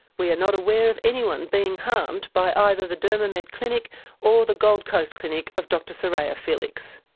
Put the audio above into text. we are not aware of anyone being harmed by either the dermamed clinic or the gold coast clinic of dr soraya felix.